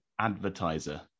advertiser